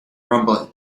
rumbling